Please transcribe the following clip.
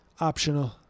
Optional